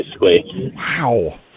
Wow